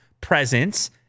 presence